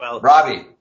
Robbie